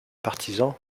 partisan